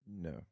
No